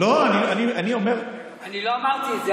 לא, אני אומר, אני לא אמרתי את זה.